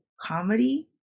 comedy